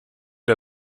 der